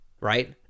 right